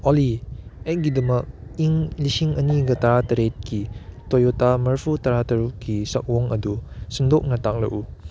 ꯑꯣꯂꯤ ꯑꯩꯒꯤꯗꯃꯛ ꯏꯪ ꯂꯤꯁꯤꯡ ꯑꯟꯤꯒ ꯇꯔꯥꯇꯔꯦꯠꯀꯤ ꯇꯣꯌꯣꯇꯥ ꯃꯔꯤꯐꯨꯇꯔꯥꯇꯔꯨꯛꯀꯤ ꯁꯛꯑꯣꯡ ꯑꯗꯨ ꯁꯟꯗꯣꯛꯅ ꯇꯥꯛꯂꯛꯎ